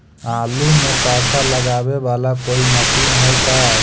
आलू मे पासा लगाबे बाला कोइ मशीन है का?